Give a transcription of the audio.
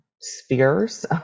spheres